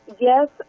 yes